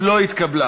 איתן כבל,